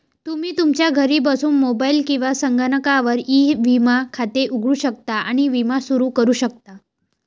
तुम्ही तुमच्या घरी बसून मोबाईल किंवा संगणकावर ई विमा खाते उघडू शकता आणि विमा सुरू करू शकता